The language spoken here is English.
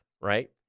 right